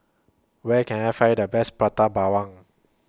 Where Can I Find The Best Prata Bawang